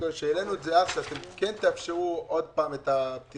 העלינו את זה אז שאתם כן תאפשרו עוד פעם את הפתיחה.